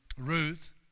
Ruth